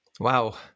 Wow